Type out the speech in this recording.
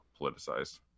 politicized